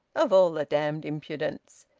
of all the damned impudence!